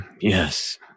yes